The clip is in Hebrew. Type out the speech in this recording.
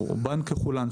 רובן ככולן,